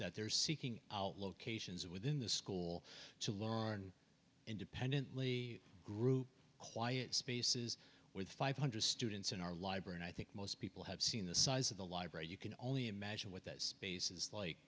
that they're seeking out locations within the school to learn independently group quiet spaces with five hundred students in our library i think most people have seen the size of the library you can only imagine what that space is like